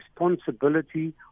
responsibility